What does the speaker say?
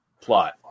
plot